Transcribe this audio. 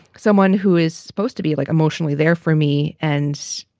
someone who is supposed to be, like, emotionally there for me. and,